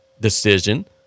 decision